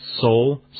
soul